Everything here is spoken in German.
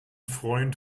freund